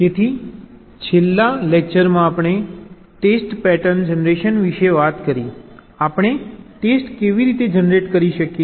તેથી છેલ્લા લેક્ચરમાં આપણે ટેસ્ટ પેટર્ન જનરેશન વિશે વાત કરી આપણે ટેસ્ટ કેવી રીતે જનરેટ કરી શકીએ